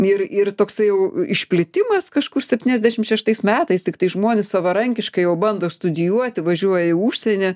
ir ir toksai jau išplitimas kažkur septyniasdešimt šeštais metais tiktai žmonės savarankiškai jau bando studijuoti važiuoja į užsienį